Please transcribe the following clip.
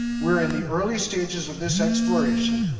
we're in the early stages of this exploration,